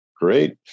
Great